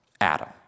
Adam